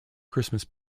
christmas